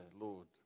Lord